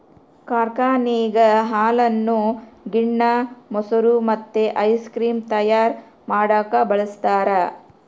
ಕಾರ್ಖಾನೆಗ ಹಾಲನ್ನು ಗಿಣ್ಣ, ಮೊಸರು ಮತ್ತೆ ಐಸ್ ಕ್ರೀಮ್ ತಯಾರ ಮಾಡಕ ಬಳಸ್ತಾರ